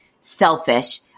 selfish